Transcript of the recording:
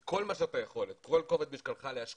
את כל מה שאתה יכול, את כל כובד משקלך להשקיע